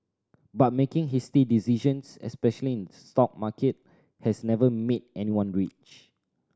but making hasty decisions especially in stock market has never made anyone rich